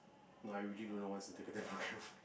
no I really don't know what's the